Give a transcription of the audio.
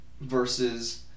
versus